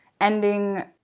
ending